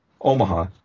Omaha